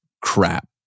crap